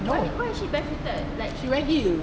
why is she barefooted like she